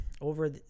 Over